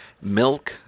milk